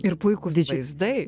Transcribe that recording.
ir puikūs vaizdai